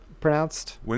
pronounced